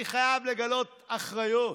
אני חייב לגלות אחריות,